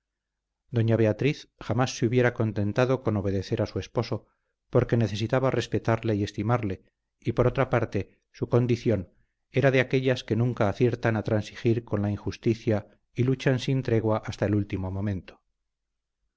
doña beatriz jamás se hubiera contentado con obedecer a su esposo porque necesitaba respetarle y estimarle y por otra parte su condición era de aquellas que nunca aciertan a transigir con la injusticia y luchan sin tregua hasta el último momento